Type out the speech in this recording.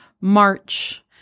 March